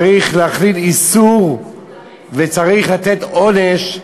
צריך להחיל איסור וצריך לתת עונש,